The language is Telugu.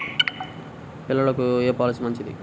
పిల్లలకు ఏ పొలసీ మంచిది?